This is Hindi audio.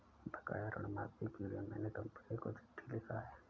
बकाया ऋण माफी के लिए मैने कंपनी को चिट्ठी लिखा है